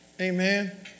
amen